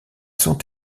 sont